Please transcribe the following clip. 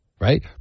right